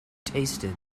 tasted